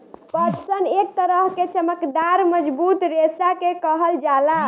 पटसन एक तरह के चमकदार मजबूत रेशा के कहल जाला